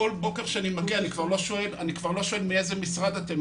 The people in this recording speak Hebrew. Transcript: כל בוקר שאני מגיע אני כבר לא שואל מאיזה משרד הם,